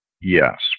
yes